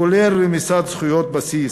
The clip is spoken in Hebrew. כולל רמיסת זכויות בסיס,